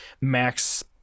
Max